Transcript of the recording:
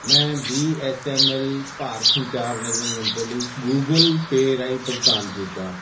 ਮੈਂ B S N L Bharat Sanchar Nigam limited ਲਈ Google Pay ਰਾਹੀਂ ਭੁਗਤਾਨ ਕੀਤਾ